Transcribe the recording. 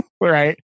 right